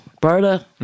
Berta